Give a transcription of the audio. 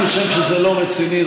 אני חושב שזה לא רציני,